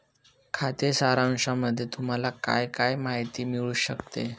खाते सारांशामध्ये तुम्हाला काय काय माहिती मिळू शकते?